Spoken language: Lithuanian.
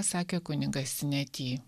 sakė kunigas sineti